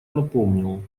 напомнил